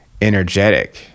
energetic